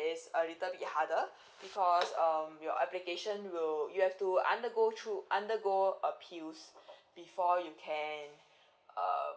is a little bit harder because um your application will you have to undergo through undergo appeals before you can err